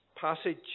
passage